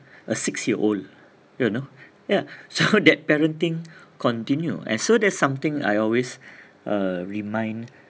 a six year old you know ya so that parenting continue and so that's something I always remind